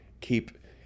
keep